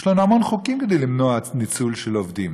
יש לנו המון חוקים כדי למנוע ניצול של עובדים,